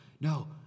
no